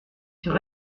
sur